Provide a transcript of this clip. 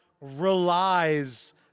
relies